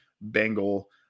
Bengal